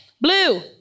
blue